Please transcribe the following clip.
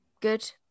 good